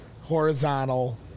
horizontal